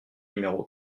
numéro